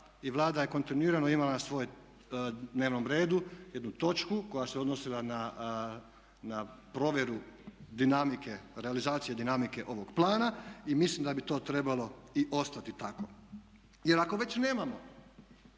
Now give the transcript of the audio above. i vlada je kontinuirano imala na svom dnevnom redu jednu točku koja se odnosila na provjeru dinamike, realizacije dinamike ovog plana i mislim da bi to trebalo i ostati tako. Jer ako već nemamo